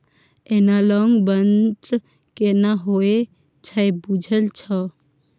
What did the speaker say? Analogue बन्न केना होए छै बुझल छौ?